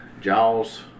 Jaws